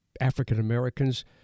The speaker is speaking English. African-Americans